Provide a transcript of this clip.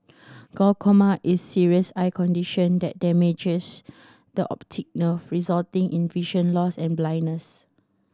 glaucoma is a serious eye condition that damages the optic nerve resulting in vision loss and blindness